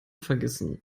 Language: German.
vergessen